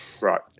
right